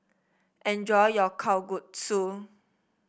enjoy your Kalguksu